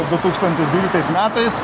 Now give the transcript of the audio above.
du tūkstantis dvyliktais metais